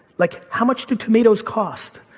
like, how much do tomatoes cost,